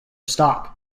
stop